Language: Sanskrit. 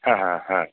ह ह ह